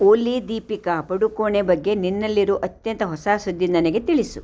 ಓಲಿ ದೀಪಿಕಾ ಪಡುಕೋಣೆ ಬಗ್ಗೆ ನಿನ್ನಲ್ಲಿರೋ ಅತ್ಯಂತ ಹೊಸ ಸುದ್ದಿ ನನಗೆ ತಿಳಿಸು